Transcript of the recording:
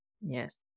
Yes